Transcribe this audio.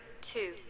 two